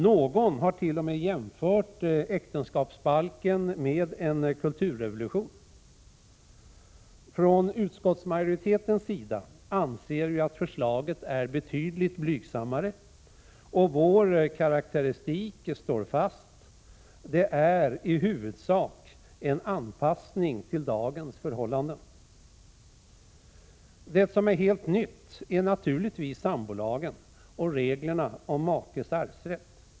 Någon har t.o.m. jämfört äktenskapsbalken med en kulturrevolution. Från utskottsmajoritetens sida anser vi att förslaget är betydligt blygsammare, och vår karakteristik står fast. Det är i huvudsak en anpassning till dagens förhållanden. Det som är helt nytt är naturligtvis sambolagen och reglerna om makes arvsrätt.